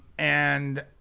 and,